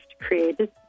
created